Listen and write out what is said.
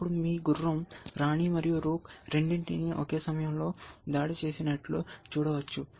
అప్పుడు మీ గుర్రం రాణి మరియు రూక్ రెండింటినీ ఒకే సమయంలో దాడి చేస్తున్నట్లు చూడవచ్చు